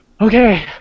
okay